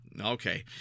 Okay